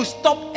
stop